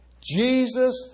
Jesus